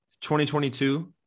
2022